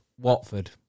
Watford